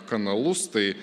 kanalus tai